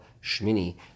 Shmini